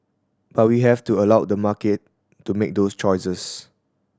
but we have to allow the market to make those choices